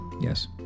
Yes